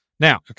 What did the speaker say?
Now